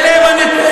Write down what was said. אלה הם הנתונים,